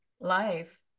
life